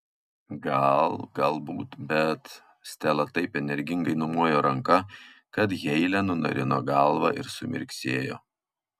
gal galbūt bet stela taip energingai numojo ranka kad heile nunarino galvą ir sumirksėjo